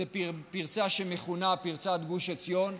זו פרצה שמכונה פרצת גוש עציון,